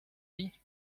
lit